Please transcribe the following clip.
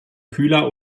kühler